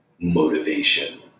motivation